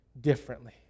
differently